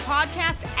Podcast